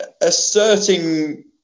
asserting